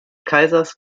kaisers